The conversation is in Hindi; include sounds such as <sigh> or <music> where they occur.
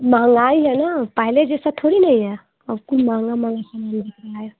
महंगाई है ना पहले जैसा थोड़ी है कुल महंगा महंगा है <unintelligible>